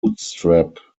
bootstrap